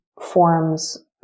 forms